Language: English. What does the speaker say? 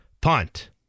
Punt